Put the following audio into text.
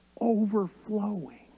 overflowing